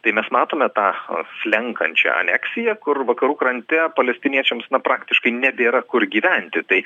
tai mes matome tą slenkančią aneksiją kur vakarų krante palestiniečiams na praktiškai nebėra kur gyventi tai